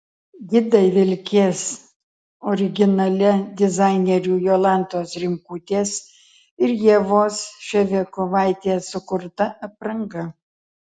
gidai vilkės originalia dizainerių jolantos rimkutės ir ievos ševiakovaitės sukurta apranga